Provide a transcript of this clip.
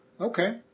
Okay